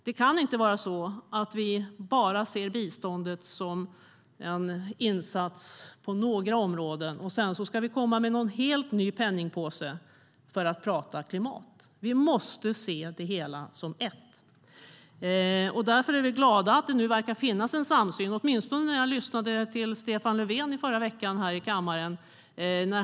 Det kan inte vara så att vi bara ser biståndet som en insats på några områden och att vi sedan ska komma med någon helt ny penningpåse för att prata klimat. Vi måste se det hela som ett. Därför är vi glada över att det nu verkar finnas en samsyn, åtminstone när jag lyssnade till Stefan Löfven i förra veckan här i kammaren.